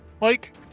Mike